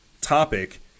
topic